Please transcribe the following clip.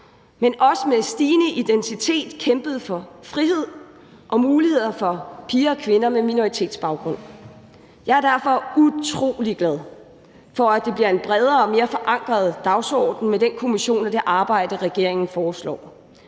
men også med stigende intensitet kæmpet for frihed og muligheder for piger og kvinder med minoritetsbaggrund. Jeg er derfor utrolig glad for, at det bliver en bredere og mere forankret dagsorden med den kommission og det arbejde, regeringen foreslår,